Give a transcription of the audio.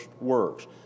works